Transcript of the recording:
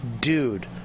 dude